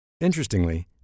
Interestingly